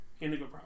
Indigo